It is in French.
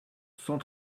cent